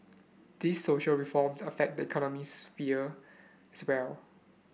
these social reforms affect the economic sphere as well